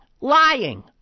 lying